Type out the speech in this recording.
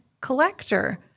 collector